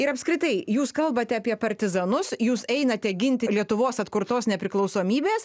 ir apskritai jūs kalbate apie partizanus jūs einate ginti lietuvos atkurtos nepriklausomybės